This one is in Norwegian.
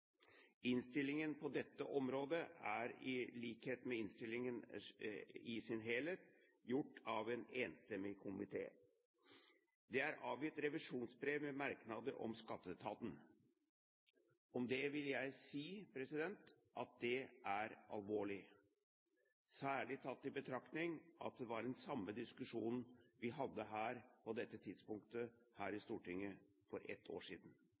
Innstillingen på dette området er i likhet med innstillingen i sin helhet gjort av en enstemmig komité. Det er altså avgitt revisjonsbrev med merknader om skatteetaten. Om det vil jeg si at det er alvorlig, særlig tatt i betraktning at det var samme diskusjonen vi hadde på dette tidspunktet her i Stortinget for ett år siden.